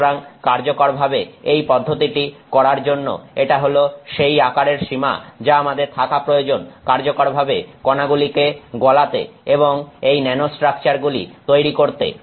সুতরাং কার্যকরভাবে এই পদ্ধতিটি করার জন্য এটা হল সেই আকারের সীমা যা আমাদের থাকা প্রয়োজন কার্যকরভাবে কণাগুলিকে গলাতে এবং এই ন্যানোস্ট্রাকচারগুলি তৈরি করতে